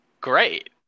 great